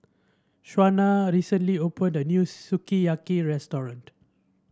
Shawna recently opened a new Sukiyaki Restaurant